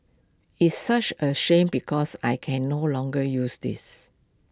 it's such A shame because I can no longer use this